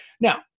Now